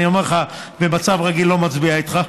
אני אומר לך, במצב רגיל, לא מצביע איתך.